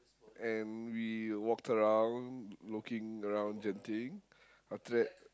and we walked around looking around Genting after that